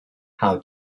how